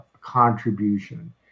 contribution